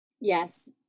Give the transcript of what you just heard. Yes